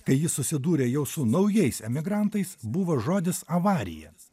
kai jis susidūrė jau su naujais emigrantais buvo žodis avarija